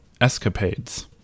escapades